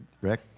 Rick